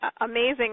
amazing